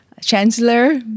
Chancellor